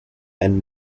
and